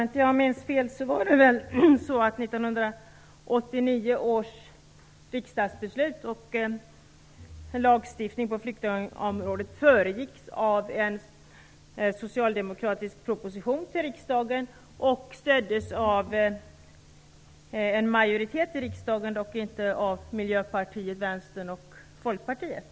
Fru talman! Om jag inte minns fel föregicks 1989 Propositionen stöddes av en majoritet i riksdagen, dock inte av Miljöpartiet, Vänsterpartiet och Folkpartiet.